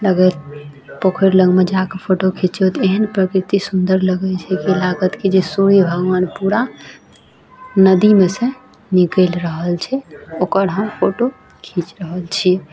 लऽ गेल पोखरि लगमे जाकऽ फोटो खिचियौ तऽ एहन प्रकृति सुन्दर लगैत छै की लागत कि जे सूर्य भगबान पूरा नदीमे से निकलि रहल छै ओकर अहाँ फोटो खीच रहल छियै